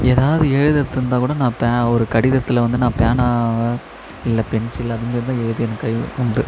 ஏதாவது எழுதுவது இருந்தால் கூட நான் பே ஒரு கடிதத்தில் வந்து நான் பேனாவை இல்லை பென்சில் அந்த மாதிரி எழுதி எனக்கு கை உண்டு